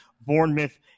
Bournemouth